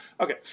Okay